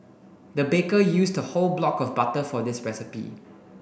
the baker used a whole block of butter for this recipe